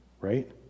right